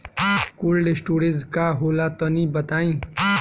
Cold storage का होला तनि बताई?